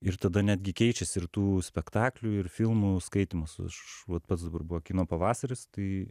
ir tada netgi keičiasi ir tų spektaklių ir filmų skaitymas aš vat pats buvo kino pavasaris tai